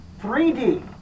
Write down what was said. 3D